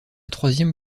troisième